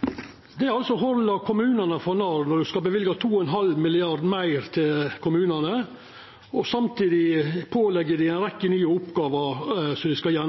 når ein skal løyva 2,5 mrd. kr meir til kommunane og samtidig påleggja dei å gjennomføra ei rekkje nye